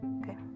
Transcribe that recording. Okay